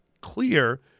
clear